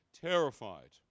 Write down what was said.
terrified